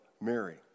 Mary